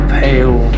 pale